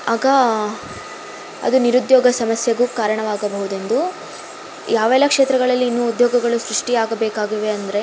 ಆಗ ಅದು ನಿರುದ್ಯೋಗ ಸಮಸ್ಯೆಗೂ ಕಾರಣವಾಗಬಹುದೆಂದು ಯಾವೆಲ್ಲ ಕ್ಷೇತ್ರಗಳಲ್ಲಿ ಇನ್ನೂ ಉದ್ಯೋಗಗಳು ಸೃಷ್ಟಿಯಾಗಬೇಕಾಗಿವೆ ಅಂದರೆ